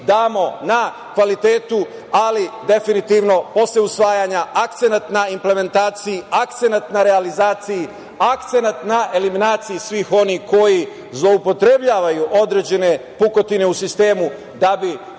na kvalitetu, ali definitivno posle usvajanja akcenat na implementaciji, akcenat na realizaciji, akcenat na eliminaciji svih onih koji zloupotrebljavaju određene pukotine u sistemu da bi